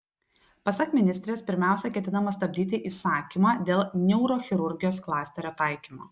pasak ministrės pirmiausia ketinama stabdyti įsakymą dėl neurochirurgijos klasterio taikymo